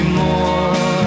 more